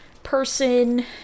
person